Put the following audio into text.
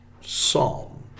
psalm